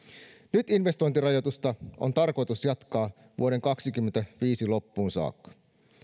nyt investointirajoitusta on tarkoitus jatkaa vuoden kaksikymmentäviisi loppuun saakka